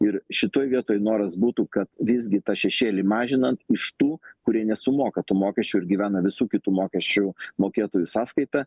ir šitoj vietoj noras būtų kad visgi tą šešėlį mažinant iš tų kurie nesumoka tų mokesčių ir gyvena visų kitų mokesčių mokėtojų sąskaita